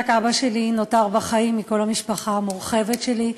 רק אבא שלי נותר בחיים מכל המשפחה המורחבת שלי.